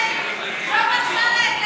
שהנשיאה לא מרשה להם להיבחר.